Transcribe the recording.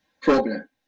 problem